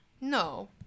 No